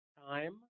time